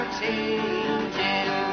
changing